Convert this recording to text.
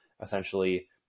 essentially